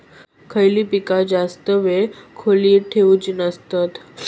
खयली पीका जास्त वेळ खोल्येत ठेवूचे नसतत?